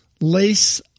lace